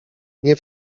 nie